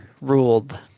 ruled